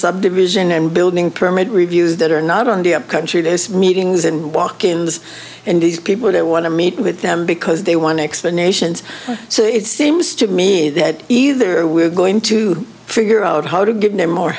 subdivision and building permit reviews that are not on the up country this meetings and walk ins and these people that want to meet with them because they want to explanations so it seems to me that either we're going to figure out how to get more